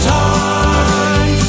time